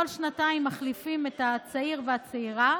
כל שנתיים מחליפים את הצעיר ואת הצעירה,